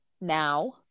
now